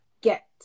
get